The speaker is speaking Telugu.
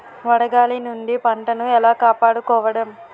వడగాలి నుండి పంటను ఏలా కాపాడుకోవడం?